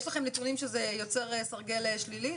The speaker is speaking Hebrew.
יש לכם נתונים שזה יוצר סרגל תמריצים שלילי?